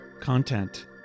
content